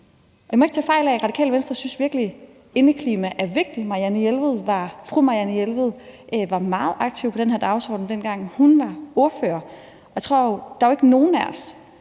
I må ikke tage fejl: Radikale Venstre synes virkelig, at indeklima er vigtigt. Fru Marianne Jelved var meget aktiv på den her dagsorden, dengang hun var ordfører, og der er jo ikke nogen af os,